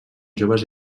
joves